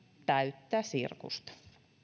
täyttä sirkusta